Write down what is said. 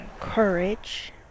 courage